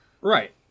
Right